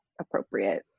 appropriate